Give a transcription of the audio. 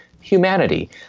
humanity